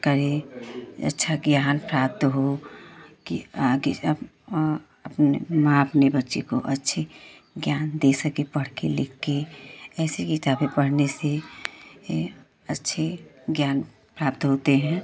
करें अच्छा ज्ञान प्राप्त हो कि आगे अपने माँ अपने बच्चे को अच्छे ज्ञान दे सके पढ़कर लिखकर ऐसे गीता भी पढ़ने से अच्छे ज्ञान प्राप्त होते हैं